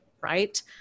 right